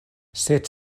sed